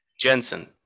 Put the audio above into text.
Jensen